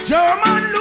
German